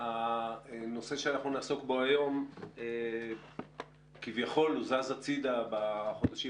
הנושא שאנחנו נעסוק בו היום כביכול זז הצידה בחודשים